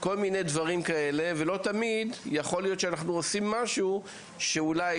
יכול להיות שאנחנו עושים משהו שהוא שאולי